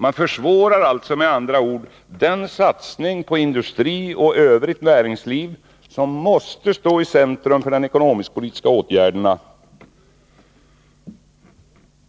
Man försvårar alltså med andra ord den satsning på industri och övrigt näringsliv som måste stå i centrum för de ekonomisk-politiska åtgärderna,